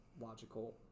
logical